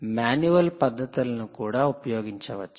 manual పద్ధతులను కూడా ఉపయోగించవచ్చు